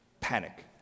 Panic